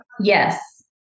Yes